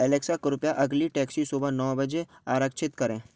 Alexa कृपया अगली taxi सुबह नौ बजे आरक्षित करें